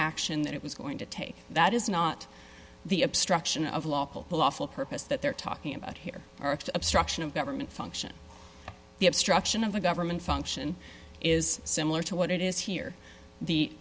action that it was going to take that is not the obstruction of lawful lawful purpose that they're talking about here or obstruction of government function the obstruction of a government function is similar to what it is here the